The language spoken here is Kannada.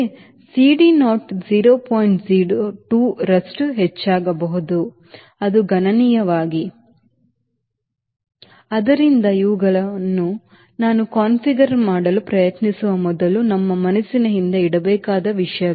02 ರಷ್ಟು ಹೆಚ್ಚಾಗಬಹುದು ಅದು ಗಣನೀಯವಾಗಿ ಆದ್ದರಿಂದ ಇವುಗಳು ನಾವು ಕಾನ್ಫಿಗರ್ ಮಾಡಲು ಪ್ರಯತ್ನಿಸುವ ಮೊದಲು ನಮ್ಮ ಮನಸ್ಸಿನ ಹಿಂದೆ ಇಡಬೇಕಾದ ವಿಷಯಗಳು